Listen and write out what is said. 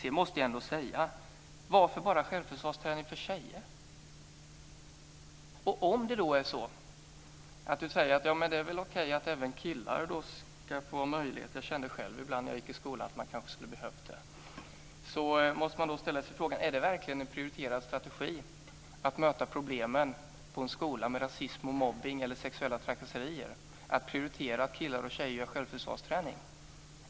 Jag måste ändå fråga: Varför bara självförsvarsträning för tjejer? Om Kalle Larsson säger att det är väl okej att även killar ska få möjligheten - jag kände själv ibland när jag gick i skolan att man kanske skulle ha behövt det - måste man ställa sig frågan: Är det verkligen en prioriterad strategi att möta problemen med rasism och mobbning eller sexuella trakasserier på en skola att killar och tjejer har självförsvarsträning?